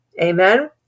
Amen